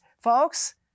Folks